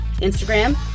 Instagram